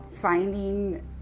finding